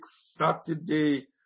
Saturday